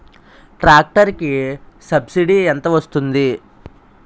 Tractor కి subsidy ఎంత వస్తుంది?